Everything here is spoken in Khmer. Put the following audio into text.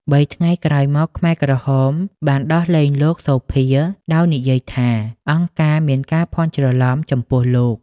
៣ថ្ងៃក្រោយមក ខ្មែរក្រហមបានដោះលែងលោក សូភា ដោយនិយាយថា អង្គការមានការភ័ន្តច្រឡំចំពោះលោក។